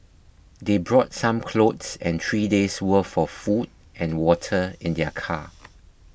they brought some clothes and three days worth for food and water in their car